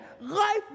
life